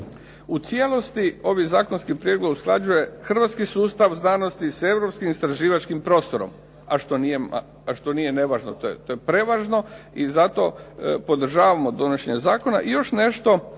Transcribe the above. u cijelosti ovim zakonskim prijedlogom usklađuje hrvatski sustav znanosti sa europskim istraživačkim prostorom a što nije nevažno, to je prevažno. I zato podržavamo donošenje zakona. I još nešto,